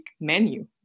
menu